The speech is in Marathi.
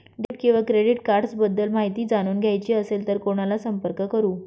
डेबिट किंवा क्रेडिट कार्ड्स बद्दल माहिती जाणून घ्यायची असेल तर कोणाला संपर्क करु?